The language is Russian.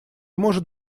может